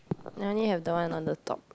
I only have the one on the top